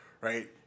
right